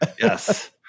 yes